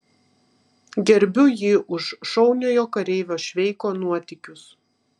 gerbiu jį už šauniojo kareivio šveiko nuotykius